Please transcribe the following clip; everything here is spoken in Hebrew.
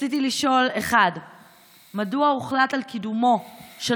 ברצוני לשאול: 1. מדוע הוחלט על קידומו של